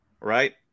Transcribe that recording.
Right